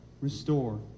restore